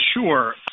sure